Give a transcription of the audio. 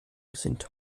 sind